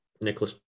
Nicholas